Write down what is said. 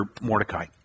Mordecai